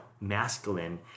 masculine